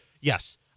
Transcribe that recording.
yes